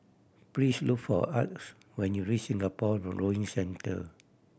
please look for Arch when you reach Singapore Rowing Centre